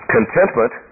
Contentment